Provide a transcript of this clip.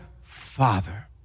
Father